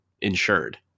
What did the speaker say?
insured